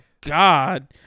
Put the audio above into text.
god